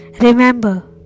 Remember